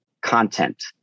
content